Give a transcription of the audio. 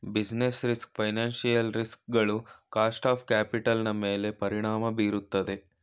business risk financial ರಿಸ್ ಗಳು cost of capital ನನ್ಮೇಲೆ ಪರಿಣಾಮ ಬೀರುತ್ತದೆ